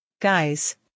Guys